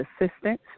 assistance